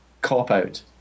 cop-out